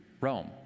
Rome